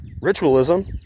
ritualism